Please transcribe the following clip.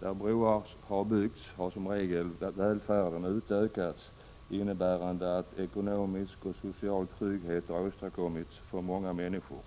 Där broar har byggts har som regel välfärden utökats, innebärande att ekonomisk och social trygghet har åstadkommits för många människor.